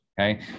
Okay